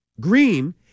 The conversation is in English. Green